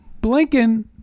Blinken